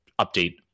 update